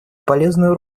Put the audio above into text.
полезную